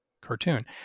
cartoon